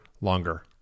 longer